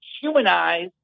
humanize